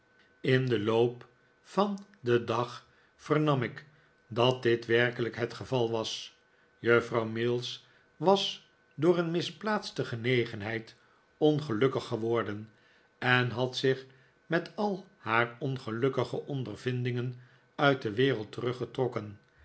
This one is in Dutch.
in den loop van den dag vernam ik dat dit werkelijk het geval was juffrouw mills was door een misplaatste genegenheid ongelukkig geworden en had zich met al haar ongelukkige ondervindingen uit de wereld teruggetrokken